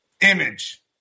image